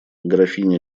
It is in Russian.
графиня